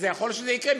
ויכול להיות שזה יקרה,